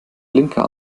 blinker